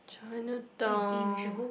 Chinatown